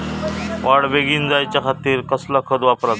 वाढ बेगीन जायच्या खातीर कसला खत वापराचा?